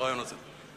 הרעיון הזה.